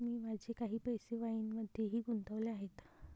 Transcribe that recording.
मी माझे काही पैसे वाईनमध्येही गुंतवले आहेत